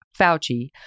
Fauci